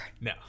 No